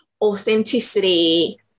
authenticity